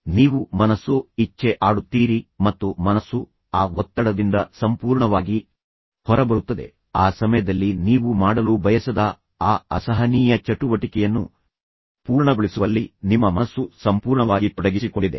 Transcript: ತದನಂತರ ನೀವು ಮನಸ್ಸೋ ಇಚ್ಛೆ ಆಡುತ್ತೀರಿ ಮತ್ತು ನಿಮ್ಮ ಮನಸ್ಸು ಆ ಒತ್ತಡದಿಂದ ಸಂಪೂರ್ಣವಾಗಿ ಹೊರಬರುತ್ತದೆ ಆ ಸಮಯದಲ್ಲಿ ನೀವು ಮಾಡಲು ಬಯಸದ ಆ ಅಸಹನೀಯ ಚಟುವಟಿಕೆಯನ್ನು ಪೂರ್ಣಗೊಳಿಸುವಲ್ಲಿ ನಿಮ್ಮ ಮನಸ್ಸು ಸಂಪೂರ್ಣವಾಗಿ ತೊಡಗಿಸಿಕೊಂಡಿದೆ